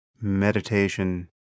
meditation